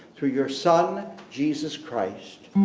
through your son jesus christ.